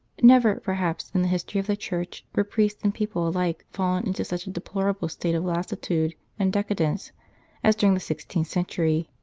never, perhaps, in the history of the church were priests and people alike fallen into such a deplorable state of lassitude and decadence as during the sixteenth century.